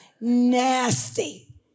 Nasty